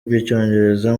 rw’icyongereza